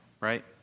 right